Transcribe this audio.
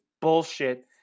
bullshit